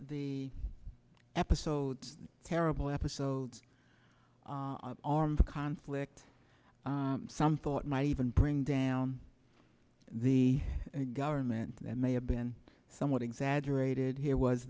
the episodes terrible episodes of armed conflict some thought might even bring down the government that may have been somewhat exaggerated here was